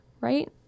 right